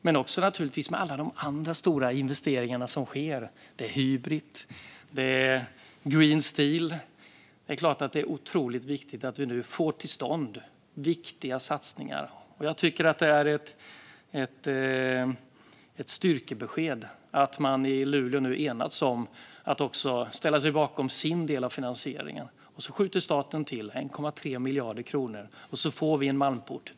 Det handlar naturligtvis också om alla de andra stora investeringar som sker, till exempel Hybrit och Green Steel. Det är klart att det är otroligt viktigt att vi nu får till stånd viktiga satsningar. Jag tycker att det är ett styrkebesked att man i Luleå nu har enats om att ställa sig bakom sin del av finansieringen. Staten skjuter till 1,3 miljarder kronor, och så får vi en malmport.